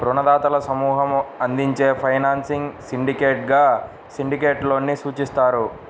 రుణదాతల సమూహం అందించే ఫైనాన్సింగ్ సిండికేట్గా సిండికేట్ లోన్ ని సూచిస్తారు